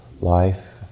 life